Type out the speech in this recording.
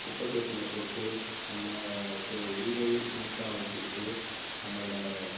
குப்பை தொட்டியில் போட்டு நம்ப வீட்டையும் நீட்டாக வச்சுக்கிட்டு நம்மளோட